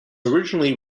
originally